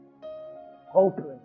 Hopeless